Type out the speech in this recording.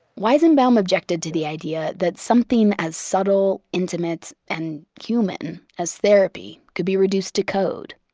weizenbaum objected to the idea that something as subtle, intimate and human as therapy, could be reduced to code.